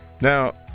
now